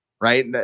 Right